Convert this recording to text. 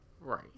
Right